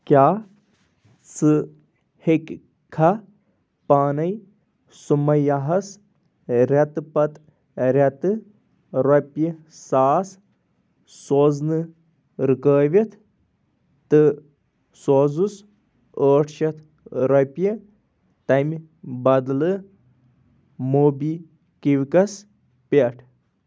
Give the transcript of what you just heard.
کیٛاہ ژٕ ہیکِکھا پانے سُمَییا ہَس رٮ۪تہٕ پتہٕ رٮ۪تہٕ رۄپیہِ ساس سوزنہٕ رُکاوِتھ تہٕ سوزُس ٲٹھ شَتھ رۄپیہِ تَمہِ بدلہٕ موبی کوٗوِکَس پٮ۪ٹھ